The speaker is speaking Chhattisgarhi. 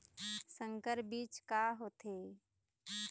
संकर बीज का होथे?